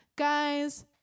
guys